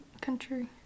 country